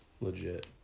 legit